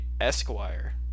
Esquire